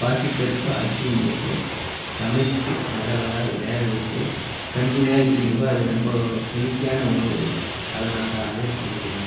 பாசிப்பருப்பு அரிசியும் போட்டு சமைத்து நல்லா அதாவது வேக வைச்சு கஞ்சி மாதிரி குடிக்கும்போது அது ரொம்ப ஹெல்தியான உணவுக்கூட அதை நான் சா அதே செஞ்சுக்குவேன்